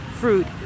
fruit